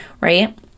right